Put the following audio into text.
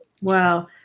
Wow